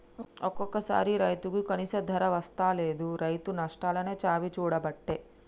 ఒక్కోసారి రైతుకు కనీస ధర వస్తలేదు, రైతు నష్టాలనే చవిచూడబట్టే